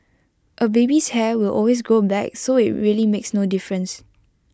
A baby's hair will always grow back so IT really makes no difference